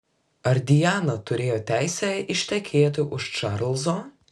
ar diana turėjo teisę ištekėti už čarlzo